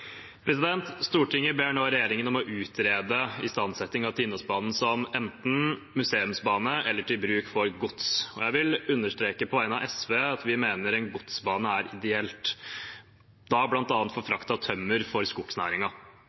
Stortinget ber nå regjeringen om å utrede istandsetting av Tinnosbanen som enten museumsbane eller til bruk for gods. Jeg vil understreke på vegne av SV at vi mener en godsbane er ideelt, da bl.a. for frakt av tømmer for